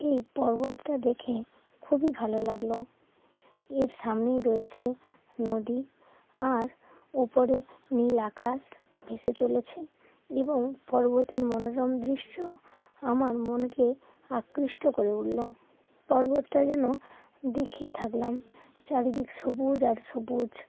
এই পর্বতটা দেখে খুবই ভালো লাগলো এর সামনেই রয়েছে নদী আর ওপরে নীল আকাশ ভেসে চলেছে এবং পর্বতের মনোরম দৃশ্য আমার মনকে আকৃষ্ট করে উঠলো পর্বতটা যেন দেখেই থাকলাম চারিদিক সবুজ আর সবুজ